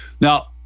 Now